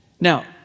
Now